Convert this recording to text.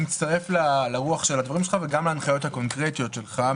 אני מצטרף לרוח הדברים שלך וגם להנחיות הקונקרטיות שלך.